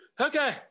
Okay